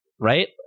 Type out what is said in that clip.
right